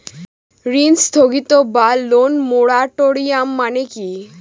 ঋণ স্থগিত বা লোন মোরাটোরিয়াম মানে কি?